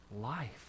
life